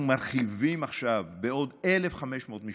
אנחנו מרחיבים עכשיו בעוד 1,500 משפחות.